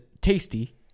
tasty